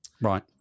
Right